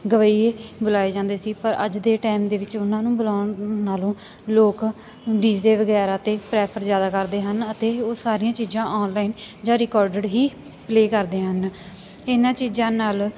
ਗਵੱਈਏ ਬੁਲਾਏ ਜਾਂਦੇ ਸੀ ਪਰ ਅੱਜ ਦੇ ਟਾਈਮ ਦੇ ਵਿੱਚ ਉਹਨਾਂ ਨੂੰ ਬੁਲਾਉਣ ਨਾਲੋਂ ਲੋਕ ਡੀ ਜ਼ੇ ਵਗੈਰਾ 'ਤੇ ਪਰੈਫਰ ਜ਼ਿਆਦਾ ਕਰਦੇ ਹਨ ਅਤੇ ਉਹ ਸਾਰੀਆਂ ਚੀਜ਼ਾਂ ਓਨਲਾਈਨ ਜਾਂ ਰਿਕਾਰਡਡ ਹੀ ਪਲੇਅ ਕਰਦੇ ਹਨ ਇਹਨਾਂ ਚੀਜ਼ਾਂ ਨਾਲ